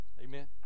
Amen